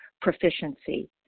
proficiency